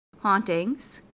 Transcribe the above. hauntings